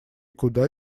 куда